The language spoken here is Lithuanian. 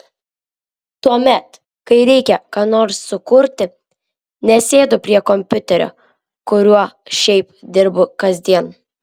tuomet kai reikia ką nors sukurti nesėdu prie kompiuterio kuriuo šiaip dirbu kasdien